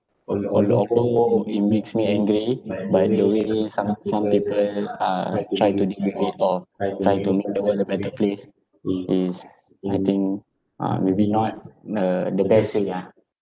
al~ al~ although it makes me angry but in a way some people are trying to be great or try to make the world a better place is I think uh maybe not uh the best thing ah